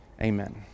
Amen